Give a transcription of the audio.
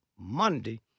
Monday